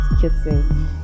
kissing